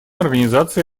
организации